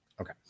Okay